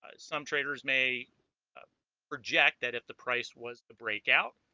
ah some traders may reject that if the price was the breakout